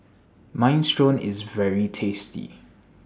Minestrone IS very tasty